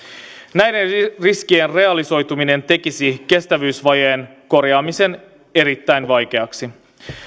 näiden riskien realisoituminen tekisi kestävyysvajeen korjaamisen erittäin vaikeaksi